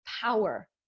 power